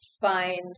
find